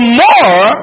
more